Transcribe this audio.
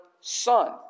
son